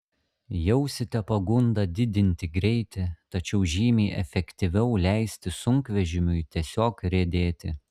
jausite pagundą didinti greitį tačiau žymiai efektyviau leisti sunkvežimiui tiesiog riedėti